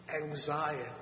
anxiety